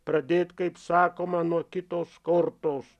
pradėt kaip sakoma nuo kitos kortos